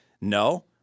No